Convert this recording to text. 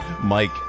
Mike